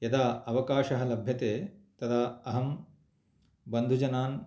यदा अवकाशः लभ्यते तदा अहं बन्धुजनान्